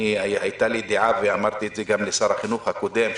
הייתה לי דעה ואמרתי את זה גם לשר החינוך הקודם,